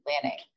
planning